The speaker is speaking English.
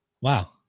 Wow